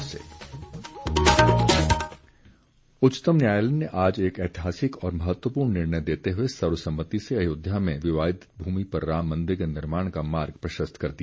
अयोध्या फैसला उच्चतम न्यायालय ने आज एक ऐतिहासिक और महत्वपूर्ण निर्णय देते हुए सर्वसम्मति से अयोध्या में विवादित भूमि पर राम मंदिर के निर्माण का मार्ग प्रशस्त कर दिया